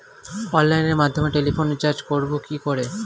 অনলাইনের মাধ্যমে টেলিফোনে রিচার্জ করব কি করে?